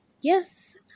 Yes